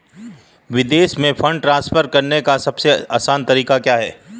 विदेश में fund transfer करने का सबसे आसान तरीका क्या है?